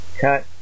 cut